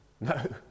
No